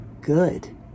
good